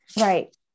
Right